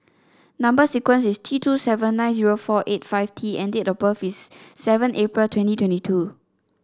number sequence is T two seven nine zero four eight five T and date of birth is seven April twenty twenty two